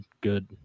good